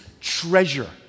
treasure